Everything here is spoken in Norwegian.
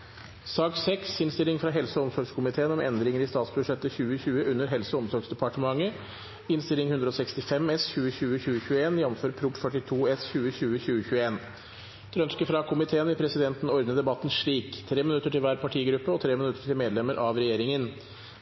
helse- og omsorgskomiteen vil presidenten ordne debatten slik: 3 minutter til hver partigruppe og 3 minutter til medlemmer av regjeringen.